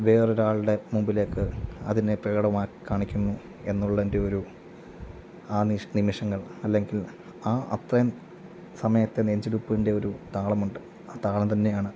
വേറെ ഒരാളുടെ മുമ്പിലേക്ക് അതിനെ പ്രകടമായി കാണിക്കുന്നു എന്നുള്ളതിൻ്റെ ഒരു ആ നിഷ് നിമിഷങ്ങൾ അല്ലെങ്കിൽ ആ അത്രയും സമയത്ത് നെഞ്ചിടിപ്പിൻ്റെ ഒരു താളമുണ്ട് ആ താളം തന്നെയാണ്